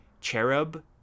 cherub